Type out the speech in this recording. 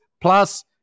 Plus